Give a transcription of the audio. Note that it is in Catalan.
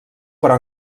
però